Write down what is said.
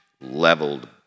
leveled